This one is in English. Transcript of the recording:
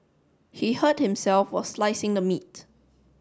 he hurt himself while slicing the meat